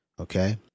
okay